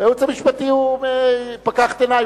והייעוץ המשפטי פקח את עיני.